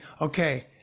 okay